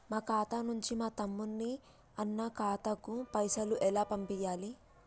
మా ఖాతా నుంచి మా తమ్ముని, అన్న ఖాతాకు పైసలను ఎలా పంపియ్యాలి?